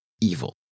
Evil